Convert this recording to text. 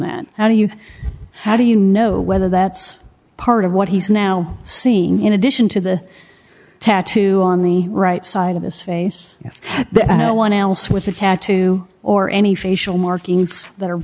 then how do you how do you know whether that's part of what he's now seeing in addition to the tattoo on the right side of his face yes the one else with the tattoo or any facial my that are